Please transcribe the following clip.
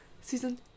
Season